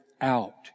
out